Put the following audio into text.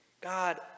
God